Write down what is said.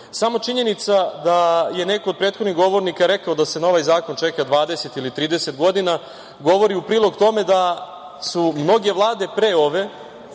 činjenica da je neko od prethodnih govornika rekao da se na ovaj zakon čeka 20 ili 30 godina govori u prilog tome da su mnoge vlade pre ove,